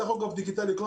טכוגרף דיגיטלי אני